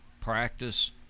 practice